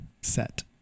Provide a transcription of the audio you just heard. Set